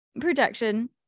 protection